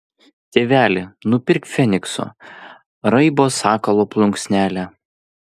tėveli nupirk fenikso raibo sakalo plunksnelę